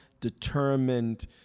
determined